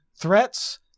Threats